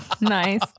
Nice